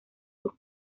sus